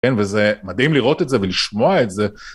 כן, וזה מדהים לראות את זה ולשמוע את זה.